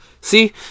See